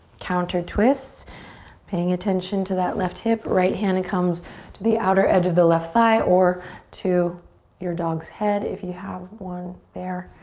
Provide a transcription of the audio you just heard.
counter-twist. paying attention to that left hip. right hand and comes to the outer edge of the left thigh or to your dog's head if you have one there.